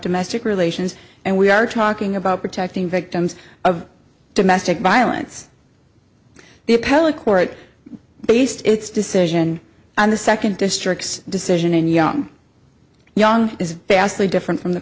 domestic relations and we are talking about protecting victims of domestic violence the appellate court based its decision on the second district's decision in young young is vastly different from the